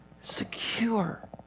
secure